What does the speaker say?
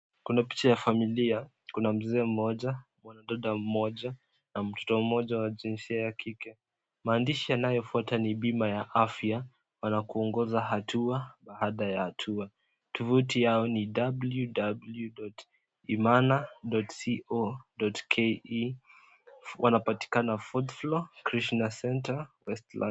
Kuna picha ya familia, kuna mzee mmoja, mwanadada mmoja na mtoto mmoja wa jinsia ya kike. Mandishi yanayofuata ni pima ya afya, wanakuongoza hatua baada ya hatua. Tofuti yao ni ww.imana.co.ke.Wanapatikana fourth floor ,Krshina center , Westlands.